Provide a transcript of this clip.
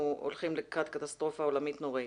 הולכים לקראת קטסטרופה עולמית נוראית.